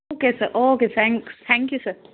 okay sir okay thanks thank you sir